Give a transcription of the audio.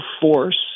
force